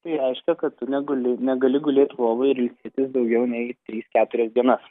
tai reiškia kad tu negali negali gulėt lovoj ir daugiau nei tris keturias dienas